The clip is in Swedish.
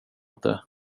inte